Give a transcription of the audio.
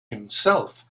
himself